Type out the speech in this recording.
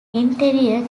interior